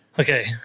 Okay